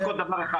רק עוד דבר אחד,